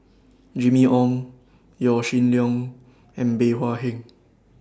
Jimmy Ong Yaw Shin Leong and Bey Hua Heng